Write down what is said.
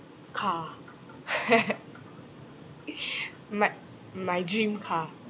car my my dream car